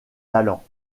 talents